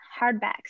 hardbacks